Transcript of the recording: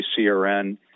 CRN